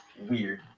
weird